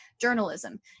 journalism